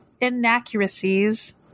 inaccuracies